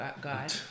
god